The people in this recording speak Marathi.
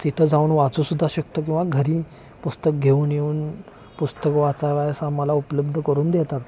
तिथं जाऊन वाचूसुद्धा शकतो किंवा घरी पुस्तक घेऊन येऊन पुस्तक वाचावयास आम्हाला उपलब्ध करून देतात